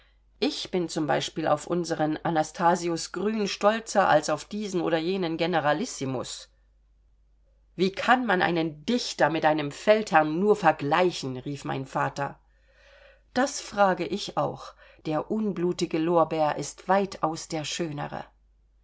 ich bin zum beispiel auf unseren anastasius grün stolzer als auf diesen oder jenen generalissimus wie kann man einen dichter mit einem feldherrn nur vergleichen rief mein vater das frage ich auch der unblutige lorbeer ist weitaus der schönere